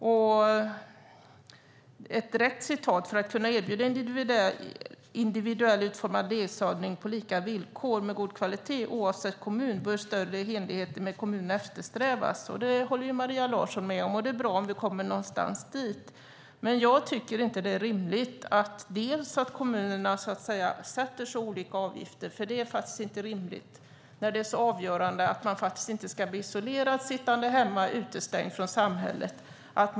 Vidare skriver man: För att kunna erbjuda individuellt utformad ledsagning på lika villkor med god kvalitet oavsett kommun bör större enhetlighet mellan kommunerna eftersträvas. Det håller ju Maria Larsson med om. Det är bra. Jag tycker inte att det är rimligt att kommunerna sätter så olika avgifter när det är helt avgörande att man får hjälp av ledsagning för att man inte ska bli isolerad, sittande hemma utestängd från samhället.